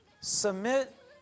Submit